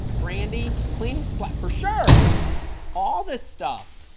brandi cleaning supplies for sure all this stuff